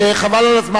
חבל על הזמן.